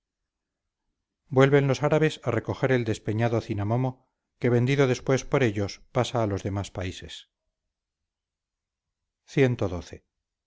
vuelven los árabes a recoger el despeñado cinamomo que vendido después por ellos pasa a los demás países